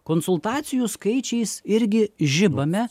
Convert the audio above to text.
konsultacijų skaičiais irgi žibame